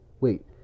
wait